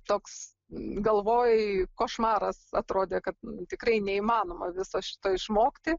toks galvoj košmaras atrodė kad tikrai neįmanoma viso šito išmokti